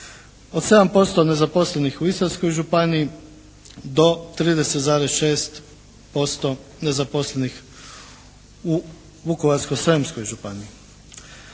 Od 7% nezaposlenih u Istarskoj županiji do 30,6% nezaposlenih u Vukovarsko-srijemskoj županiji.